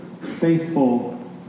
faithful